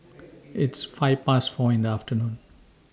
its five Past four in The afternoon